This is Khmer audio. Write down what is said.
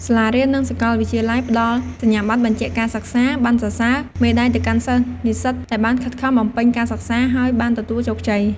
សាលារៀន និងសកលវិទ្យាល័យផ្ដល់សញ្ញាបត្របញ្ជាក់ការសិក្សា ប័ណ្ណសរសើរ មេដាយទៅកាន់សិស្សនិស្សិតដែលបានខិតខំបំពេញការសិក្សា ហើយបានទទួលជោគជ័យ។